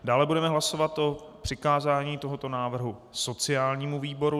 Dále budeme hlasovat o přikázání tohoto návrhu sociálnímu výboru.